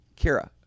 Kira